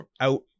out